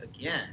again